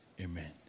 Amen